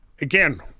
again